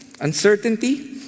Uncertainty